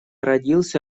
родился